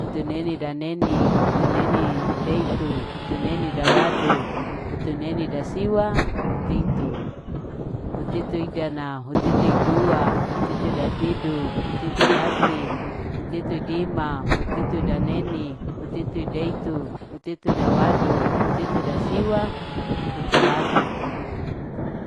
Hutu neni dan neni hutu neni deitu hutu neni dawadu hutu neni dasiwa hutu itu. hutitu idana hutiti idua hutitu tidu dati huti tu idima hutitu daneni hutiti ideitu hutitu ida wadu hutitu uda siwa hutu wadu